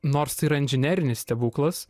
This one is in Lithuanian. nors tai yra inžinerinis stebuklas